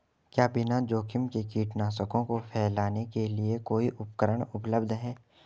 क्या बिना जोखिम के कीटनाशकों को फैलाने के लिए कोई उपकरण उपलब्ध है?